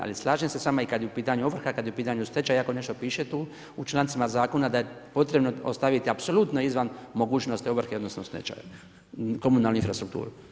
Ali slažem se s vama i kada je u pitanju ovrha, kada je u pitanju stečaj i ako nešto piše tu u člancima zakona da je potrebno ostaviti apsolutno izvan mogućnosti ovrhe odnosno stečaja komunalnu infrastrukturu.